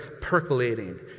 percolating